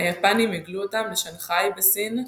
היפנים הגלו אותם לשאנגחאי הסינית,